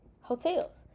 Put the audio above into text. hotels